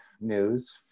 news